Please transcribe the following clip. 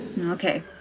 Okay